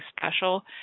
special